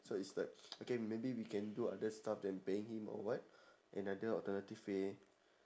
so is like okay maybe we can do other stuff than paying him or what another alternative way